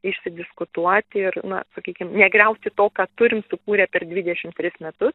išsidiskutuoti ir na sakykim negriauti to ką turim sukūrę per dvidešim tris metus